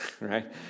right